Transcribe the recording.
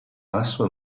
basso